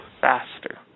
faster